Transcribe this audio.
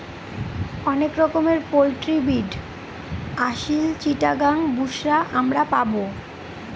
অনেক রকমের poultry breed আসিল, চিটাগাং, বুশরা আমরা পাবো